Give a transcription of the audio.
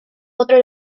otro